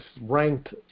ranked